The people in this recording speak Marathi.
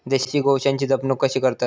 देशी गोवंशाची जपणूक कशी करतत?